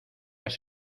has